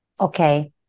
okay